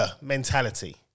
Mentality